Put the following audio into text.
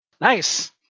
Nice